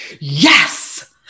yes